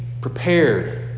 prepared